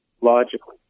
logically